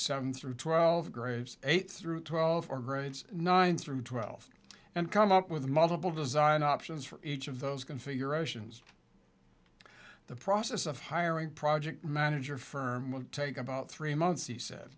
seven through twelve graves eight through twelve are grades nine through twelve and come up with multiple design options for each of those configurations the process of hiring project manager firm would take about three months he said